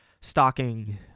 stalking